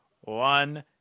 one